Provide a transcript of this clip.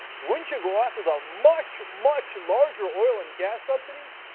wouldn't you go after the much much larger oil and gas subsidies?